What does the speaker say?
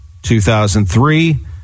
2003